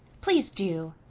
please, do.